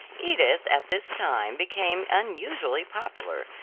edith at this time became unusually popular,